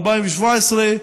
2017,